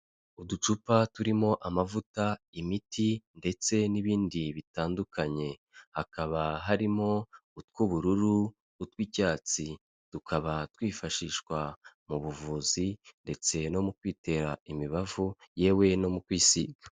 Uducupa turimo amavuta, imiti ndetse n'ibindi bitandukanye, hakaba harimo utw'ubururu, utw'icyatsi, tukaba twifashishwa mu buvuzi ndetse no mu kwitera imibavu yewe no mu kwisiga.